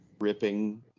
ripping